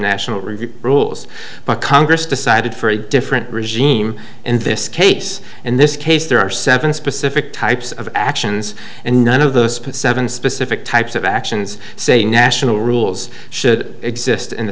national review rules but congress decided for a different regime in this case and this case there are seven specific types of actions and none of those seven specific types of actions say national rules should exist in the